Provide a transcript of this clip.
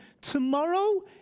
Tomorrow